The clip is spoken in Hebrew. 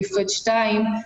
בסעיף ב(2),